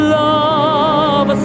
love